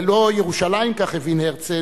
ללא ירושלים, כך הבין הרצל,